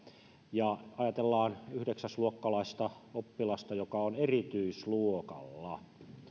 ja ajatellaan yhdeksäsluokkalaista oppilasta joka on erityisluokalla